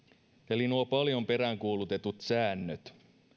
eli nuo paljon peräänkuulutetut säännöt